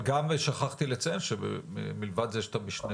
אבל גם שכחתי לציין שמלבד זה שאתה משנה